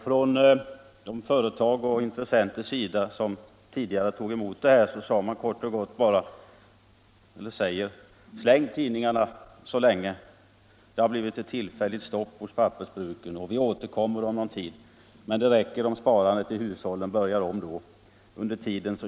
Från de företags och andra intressenters sida som tidigare tog emot pappersavfall säger man bara: ”Släng tidningarna så länge. Det har blivit ett tillfälligt stopp hos pappersbruken. Vi återkommer om någon tid. Det räcker om sparandet i hushållen börjar om då. Under tiden.